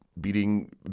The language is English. beating